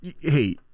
hey